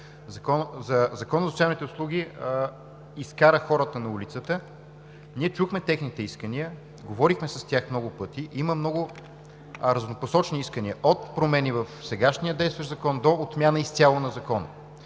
Законът за социалните услуги изкара хората на улицата, ние чухме техните искания, говорихме с тях много пъти. Има много разнопосочни искания – от промени в сегашния действащ закон, до отмяна изцяло на Закона,